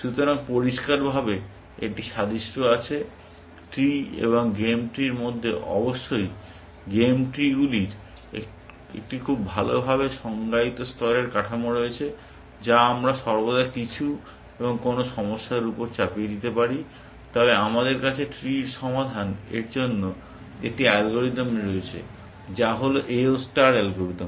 সুতরাং পরিষ্কারভাবে একটি সাদৃশ্য আছে ট্রি এবং গেম ট্রির মধ্যে অবশ্যই গেম ট্রি গুলির একটি খুব ভালভাবে সংজ্ঞায়িত স্তরের কাঠামো রয়েছে যা আমরা সর্বদা কিছু এবং কোন সমস্যার উপর চাপিয়ে দিতে পারি তবে আমাদের কাছে ট্রির সমাধান এর জন্য একটি অ্যালগরিদম রয়েছে যা হল A O ষ্টার অ্যালগরিদম